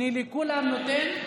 אני לכולם נותן,